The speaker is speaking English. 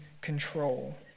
control